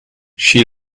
she